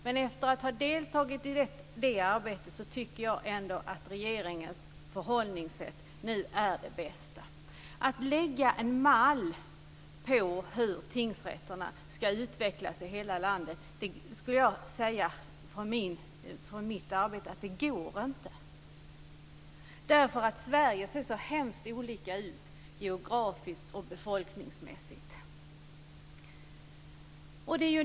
Men efter att ha deltagit i det här arbetet tycker jag ändå att regeringens förhållningssätt är det bästa. Med mitt arbete som utgångspunkt skulle jag vilja säga att det inte går att lägga en mall för hur tingsrätterna ska utvecklas i hela landet. Sverige ser så hemskt olika ut geografiskt och befolkningsmässigt.